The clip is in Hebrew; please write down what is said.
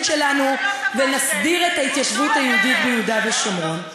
שלנו ונסדיר את ההתיישבות היהודית ביהודה ושומרון.